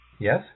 Yes